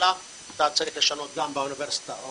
אלא אתה צריך לשנות גם באוניברסיטאות,